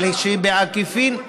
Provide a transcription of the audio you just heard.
אבל שהיא בעקיפין, אבל זו לא מצוקה.